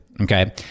Okay